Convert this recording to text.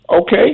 Okay